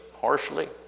harshly